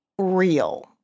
real